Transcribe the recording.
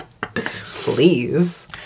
Please